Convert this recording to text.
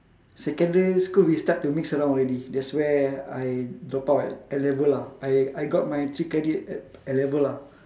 secondary school we start to mix around already that's where I drop out at N-level lah I I got my three credit at N-level lah